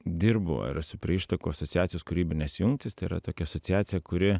dirbu ir esu prie ištakų asociacijos kūrybinės jungtys tai yra tokia asociacija kuri